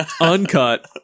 uncut